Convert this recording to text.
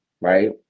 right